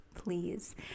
please